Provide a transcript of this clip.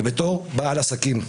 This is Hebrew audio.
ובתור בעל עסקים.